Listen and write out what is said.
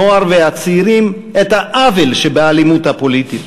הנוער והצעירים את העוול שבאלימות הפוליטית,